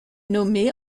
nommée